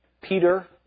Peter